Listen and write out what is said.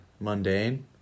mundane